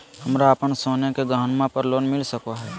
हमरा अप्पन सोने के गहनबा पर लोन मिल सको हइ?